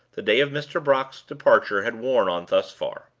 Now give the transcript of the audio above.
the day of mr. brock's departure had worn on thus far.